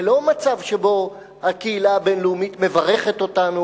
ולא מצב שבו הקהילה הבין-לאומית מברכת אותנו